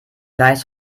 gleich